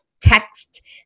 text